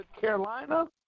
Carolina